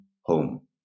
home